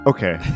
Okay